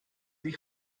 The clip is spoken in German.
die